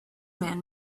man